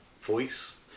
voice